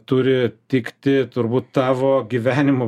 turi tikti turbūt tavo gyvenimo